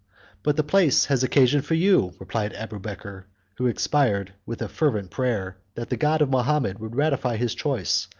but the place has occasion for you, replied abubeker who expired with a fervent prayer, that the god of mahomet would ratify his choice,